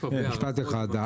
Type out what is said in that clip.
משפט אחד,